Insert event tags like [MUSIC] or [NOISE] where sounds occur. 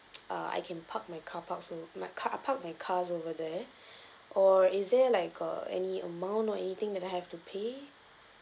[NOISE] err I can park my carpark o~ my ca~ ah park my car over there [BREATH] or is there like a any amount or anything that I have to pay